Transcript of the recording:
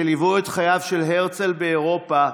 שליוו את חייו של הרצל באירופה,